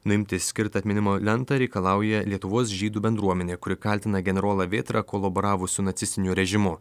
nuimti skirtą atminimo lentą reikalauja lietuvos žydų bendruomenė kuri kaltina generolą vėtrą kolaboravus su nacistiniu režimu